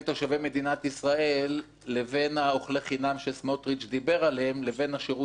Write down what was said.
מדינת ישראל לבין אוכלי החינם שסמוטריץ דיבר עליהם לבין השירות שלו.